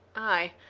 ay,